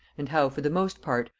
and how, for the most part,